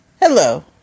Hello